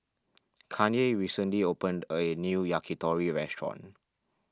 Kanye recently opened a new Yakitori restaurant